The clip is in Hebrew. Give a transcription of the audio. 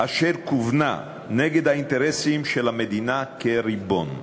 אשר כוונה נגד האינטרסים של המדינה כריבון.